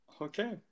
Okay